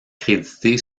crédité